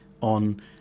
on